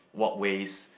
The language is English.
walkways